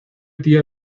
tío